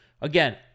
Again